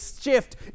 shift